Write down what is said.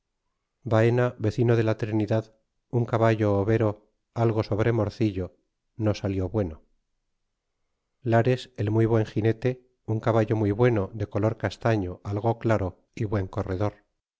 vaena vecino de la trinidad un caballo boyero algo sobre morcilla no salió bueno lares el muy buen ginete un caballo muy bueno de color castaño algo claro y buen corredor